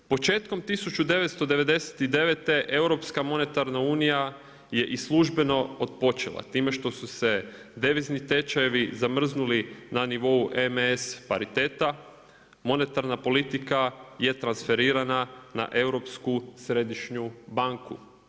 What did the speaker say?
Početkom 1999. europska monetarna unija je i službeno otpočela, time što su se devizni tečajevi zamrznuli na nivo MMS pariteta, monetarna politika je transferirana na europsku središnju banku.